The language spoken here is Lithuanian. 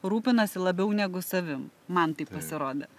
rūpinasi labiau negu savim man taip pasirodė